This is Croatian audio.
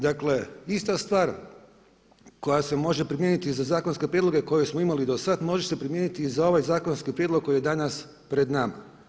Dakle ista stvar koja se može primijeniti za zakonske prijedloge koje smo imali do sada, može se primijeniti i za ovaj zakonski prijedlog koji je danas pred nama.